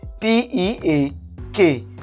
P-E-A-K